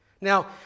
Now